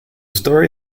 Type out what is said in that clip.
story